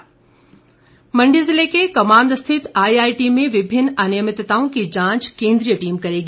रामस्वरूप मंडी जिले के कमांद स्थित आईआईटी में विभिन्न अनियमितताओं की जांच केंद्रीय टीम करेगी